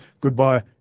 goodbye